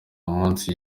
munsi